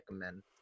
recommend